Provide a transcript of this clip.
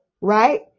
Right